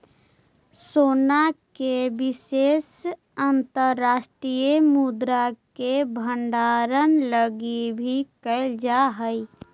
सोना के निवेश अंतर्राष्ट्रीय मुद्रा के भंडारण लगी भी कैल जा हई